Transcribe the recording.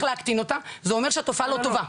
זה אומר שהתופעה לא טובה.